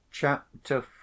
Chapter